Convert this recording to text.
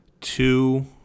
two